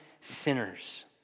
sinners